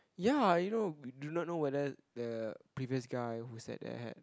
ya you know do not know whether the previous guy who sat there had